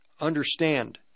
understand